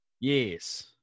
Yes